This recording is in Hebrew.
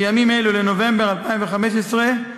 בימים אלו לנובמבר 2015,